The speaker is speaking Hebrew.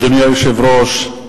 אדוני היושב-ראש,